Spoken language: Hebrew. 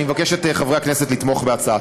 אני מבקש את חברי הכנסת לתמוך בהצעה.